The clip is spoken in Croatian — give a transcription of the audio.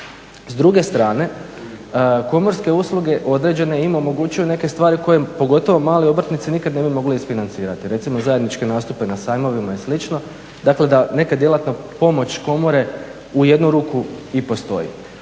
S druge strane komorske usluge određene im omogućuju neke stvari koje pogotovo mali obrtnici nikad ne bi mogli isfinancirati. Recimo zajedničke nastupe na sajmovima i slično dakle da neka djelatna pomoć komore u jednu ruku i postoji.